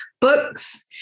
books